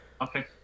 Okay